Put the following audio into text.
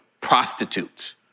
prostitutes